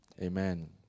Amen